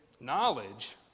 Knowledge